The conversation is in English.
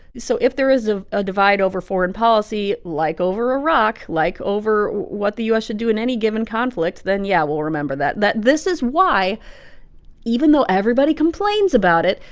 so if there is a ah divide over foreign policy, like over iraq, like over what the u s. should do in any given conflict, then yeah, we'll remember that. this is why even though everybody complains about it,